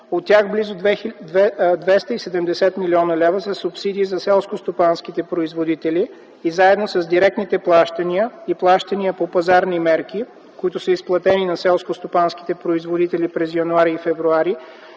от тях близо 270 млн. лв. за субсидии за селскостопанските производители и заедно с директните плащания и плащания по пазарни мерки, които са изплатени на селскостопанските производители през м. януари и февруари,